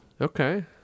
Okay